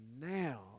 now